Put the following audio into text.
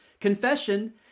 Confession